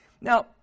Now